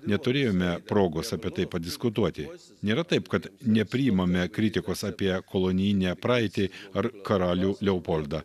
neturėjome progos apie tai padiskutuoti nėra taip kad nepriimame kritikos apie kolonijinę praeitį ar karalių leopoldą